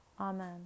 Amen